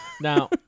now